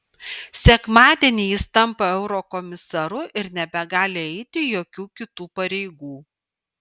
sekmadienį jis tampa eurokomisaru ir nebegali eiti jokių kitų pareigų